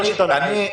לא השיטה הנורווגית.